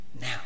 now